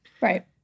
Right